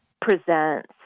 presents